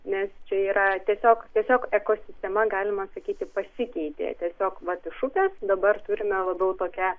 nes čia yra tiesiog tiesiog ekosistema galima sakyti pasikeitė tiesiog vat iš upės dabar turime labiau tokią